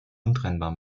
untrennbar